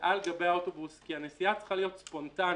על גבי האוטובוס כי הנסיעה צריכה להיות ספונטנית.